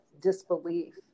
disbelief